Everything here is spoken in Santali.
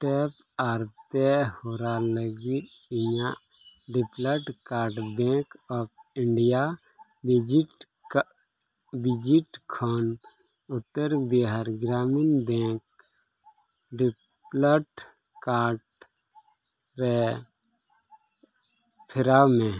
ᱴᱮᱯ ᱟᱨ ᱯᱮ ᱦᱚᱨᱟ ᱞᱟᱹᱜᱤᱫ ᱤᱧᱟᱹᱜ debit card Bank of India ᱵᱷᱤᱡᱤᱴ ᱠᱟᱜ ᱵᱷᱤᱡᱤᱴ ᱠᱷᱚᱱ Uttar Bihar Gramin Bank debit card ᱨᱮ ᱯᱷᱮᱨᱟᱣ ᱢᱮ